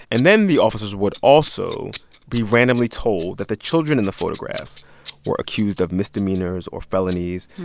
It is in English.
and then, the officers would also be randomly told that the children in the photographs were accused of misdemeanors or felonies.